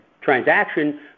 transaction